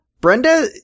Brenda